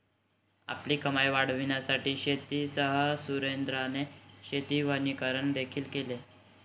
आपली कमाई वाढविण्यासाठी शेतीसह सुरेंद्राने शेती वनीकरण देखील केले